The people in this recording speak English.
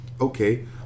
okay